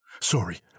Sorry